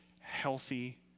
healthy